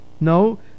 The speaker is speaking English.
no